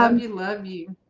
um you love you